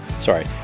Sorry